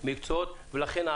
המקצועות ולכן,